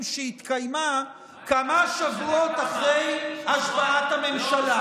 שהתקיימה כמה שבועות אחרי השבעת הממשלה?